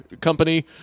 company